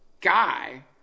guy